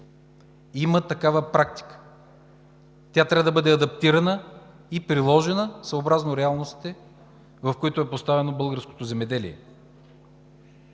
Има такава практика. Тя трябва да бъде адаптирана и приложена съобразно реалностите, в които е поставено българското земеделие.